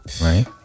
right